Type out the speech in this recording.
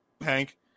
Hank